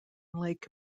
lake